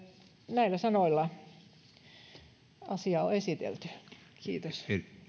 näillä sanoilla asia on esitelty kiitos